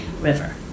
River